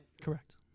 Correct